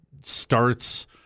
starts